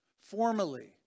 formally